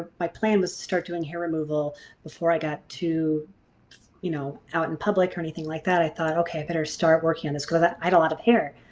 my plan was to start doing hair removal before i got to you know out in public or anything like that. i thought okay i better start working on this because i i had a lot of hair.